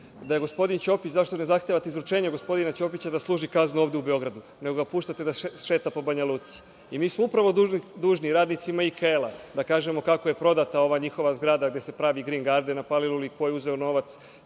da je gospodin Ćopić, zašto ne zahtevate izručenje gospodina Ćopića da služi kaznu ovde u Beogradu, nego ga puštate da šeta po Banjaluci? I mi smo upravo dužni radnicima IKL da kažemo kako je prodata ova njihova zgrada gde se pravi „Grin garden“ na Paliluli i ko je uzeo novac.